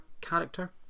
character